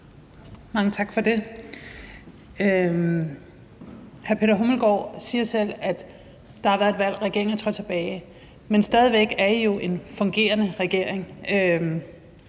Mange tak for det. Den fungerende beskæftigelsesminister siger selv, at der har været et valg, og regeringen er trådt tilbage, men stadig væk er I jo en fungerende regering